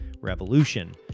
revolution